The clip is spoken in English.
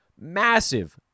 Massive